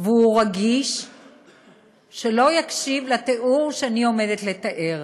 והוא רגיש שלא יקשיב לתיאור שאני עומדת לתאר,